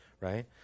right